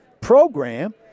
program